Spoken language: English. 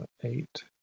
Eight